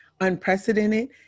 unprecedented